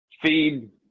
feed